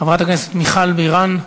חברת הכנסת מיכל בירן,